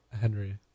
Henry